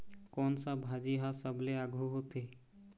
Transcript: कोन सा भाजी हा सबले आघु होथे?